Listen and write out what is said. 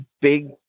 big